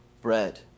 bread